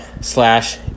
slash